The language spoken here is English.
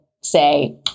say